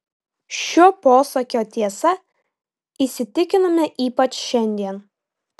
šio posakio tiesa įsitikinome ypač šiandien